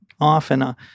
often